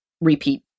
repeat